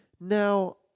now